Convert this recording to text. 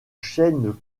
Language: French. chaîne